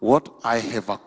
what i have a